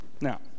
Now